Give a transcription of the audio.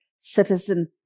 citizen